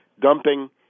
dumping